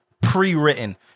pre-written